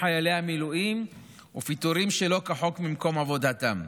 חיילי המילואים ופיטורים שלא כחוק ממקום עבודתם.